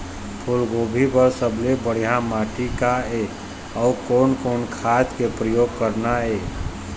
फूलगोभी बर सबले बढ़िया माटी का ये? अउ कोन कोन खाद के प्रयोग करना ये?